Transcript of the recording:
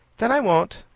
then i won't,